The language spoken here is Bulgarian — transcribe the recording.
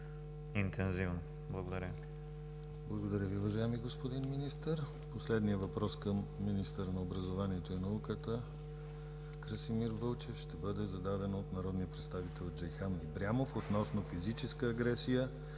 Благодаря Ви, уважаеми господин Министър. Последният въпрос към министъра на образованието и науката Красимир Вълчев ще бъде зададен от народния представител Джейхан Ибрямов относно физическа агресия